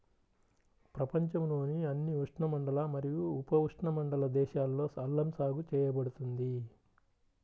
ప్రపంచంలోని అన్ని ఉష్ణమండల మరియు ఉపఉష్ణమండల దేశాలలో అల్లం సాగు చేయబడుతుంది